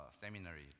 seminary